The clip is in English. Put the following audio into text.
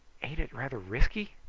ain't it rather risky?